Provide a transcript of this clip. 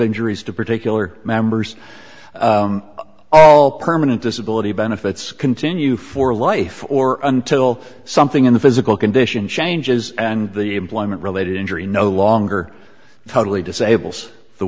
injuries to particular members all permanent disability benefits continue for life or until something in the physical condition changes and the employment related injury no longer totally disables the